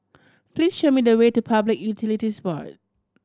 please show me the way to Public Utilities Board